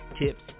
tips